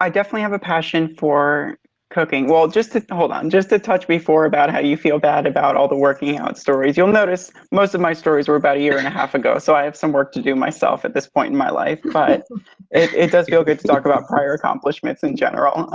i definitely have a passion for cooking. well just to to hold on. just to touch before about how you feel bad about all the working out stories. you'll notice most of my stories were about a year and a half ago, so i have some work to do myself at this point in my life. but it it does feel good to talk about prior accomplishments in general.